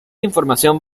información